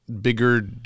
bigger